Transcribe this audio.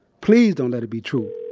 please, don't let it be true.